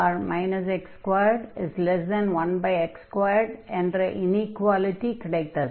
ஆகையால் e x21x2 என்ற inequality கிடைத்தது